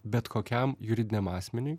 bet kokiam juridiniam asmeniui